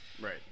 right